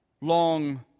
long